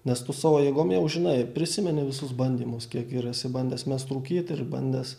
nes tu savo jėgom jau žinai prisimeni visus bandymus kiek ir esi bandęs mest rūkyt ir bandęs